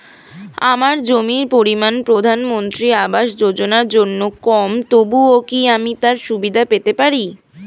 আমার জমির পরিমাণ প্রধানমন্ত্রী আবাস যোজনার জন্য কম তবুও কি আমি তার সুবিধা পেতে পারি?